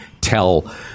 tell